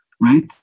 right